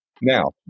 Now